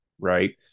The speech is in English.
right